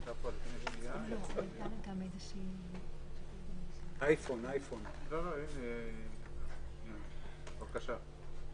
לא נורמלי זה לתמוך בגברים אלימים ולא במי שנפגע מהם.